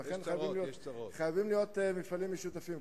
לכן, חייבים להיות מפעלים משותפים.